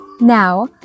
Now